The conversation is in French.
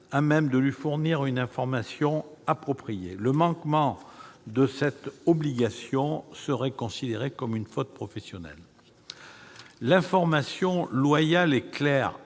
à même de lui fournir une information appropriée. Le manquement à cette obligation serait considéré comme une faute professionnelle. L'information loyale, claire